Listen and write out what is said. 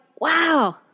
wow